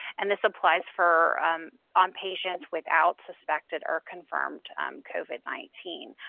and this applies for on patients without suspected or confirmed um covid nineteen.